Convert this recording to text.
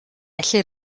felly